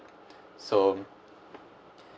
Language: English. so